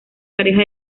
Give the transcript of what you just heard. pareja